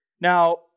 now